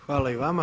Hvala i vama.